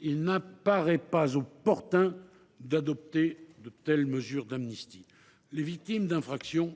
il n’apparaît pas opportun d’adopter de telles mesures d’amnistie. Les victimes d’infractions,